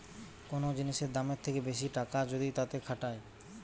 কোন জিনিসের দামের থেকে বেশি টাকা যদি তাতে খাটায়